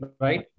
Right